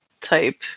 type